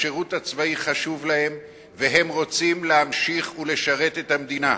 השירות הצבאי חשוב להם והם רוצים להמשיך ולשרת את המדינה.